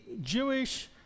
Jewish